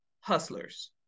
hustlers